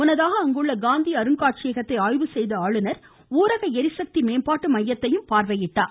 முன்னதாக அங்குள்ள காந்தி அருங்காட்சியகத்தை ஆய்வு செய்த ஆளுநர் ஊரக எரிசக்தி மேம்பாட்டு மையத்தையும் பார்வையிட்டார்